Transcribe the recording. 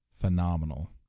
phenomenal